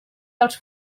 dels